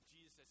Jesus